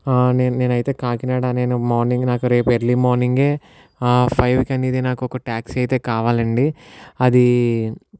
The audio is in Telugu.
నేనైతే కాకినాడ నేను మార్నింగ్ నాకు రేపు ఎర్లీ మార్నింగే ఫైవ్ అనేది నాకు ఒక టాక్సీ అయితే కావాలండీ అది